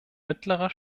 mittlerer